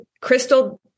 Crystal